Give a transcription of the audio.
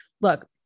look